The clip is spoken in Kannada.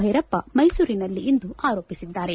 ಬೈರಪ್ಪ ಮೈಸೂರಿನಲ್ಲಿಂದು ಆರೋಪಿಸಿದ್ದಾರೆ